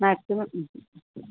maximum ம்